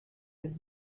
his